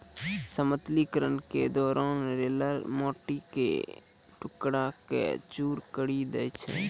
समतलीकरण के दौरान रोलर माटी क टुकड़ा क चूर करी दै छै